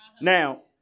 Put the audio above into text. Now